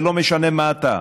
ולא משנה מה אתה.